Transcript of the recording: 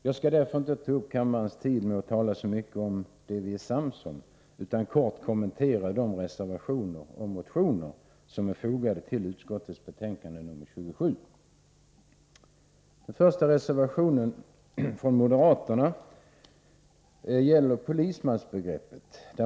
Jag skall därför inte ta upp kammarens tid med att tala så mycket om det vi är sams om, utan kort kommentera de motioner som föreligger och de reservationer som är fogade till utskottets betänkande 27. Den första reservationen, från moderaterna, gäller polismansbegreppet.